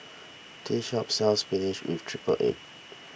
this shop sells Spinach with Triple Egg